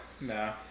no